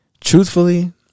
Truthfully